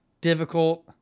difficult